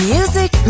Music